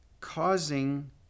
causing